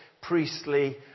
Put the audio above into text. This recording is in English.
priestly